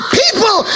people